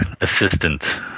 assistant